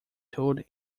toad